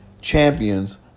champions